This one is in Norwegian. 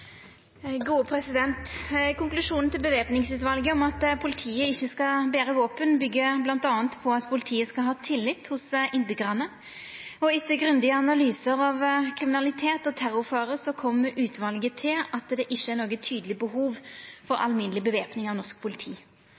om at politiet ikkje skal bere våpen, byggjer mellom anna på at politiet skal ha tillit hjå innbyggjarane. Etter grundige analyser av kriminalitet og terrorfare, kom utvalet til at det ikkje er noko tydeleg behov for alminneleg bevæpning av norsk politi.